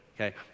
Okay